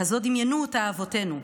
כזאת דמיינו אותה אבותינו,